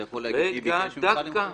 אתה יכול להגיד מי ביקש למחוק?